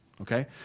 Okay